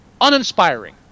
uninspiring